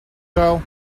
girl